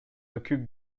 occupent